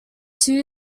two